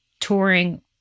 touring